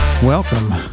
Welcome